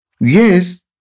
Yes